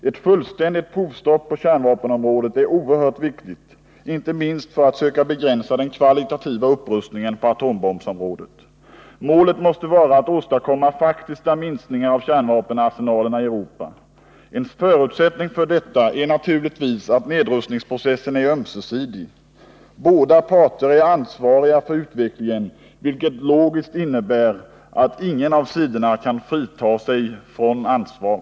Ett fullständigt provstopp på kärnvapenområdet är oerhört viktigt, inte minst för att söka begränsa den Målet måste vara att åstadkomma faktiska minskningar av kärnvapenar Fredagen den senalerna i Europa. En förutsättning för detta är naturligtvis att nedrust 7 december 1979 ningsprocessen är ömsesidig. Båda parter är ansvariga för utvecklingen, vilket logiskt innebär att ingen av sidorna kan frita sig från ansvar.